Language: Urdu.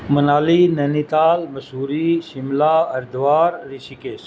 منالی نینیتال مسوری شملہ ہریدوار رشیکیش